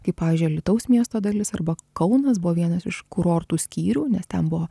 kaip pavyzdžiui alytaus miesto dalis arba kaunas buvo vienas iš kurortų skyrių nes ten buvo